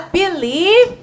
believe